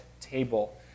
table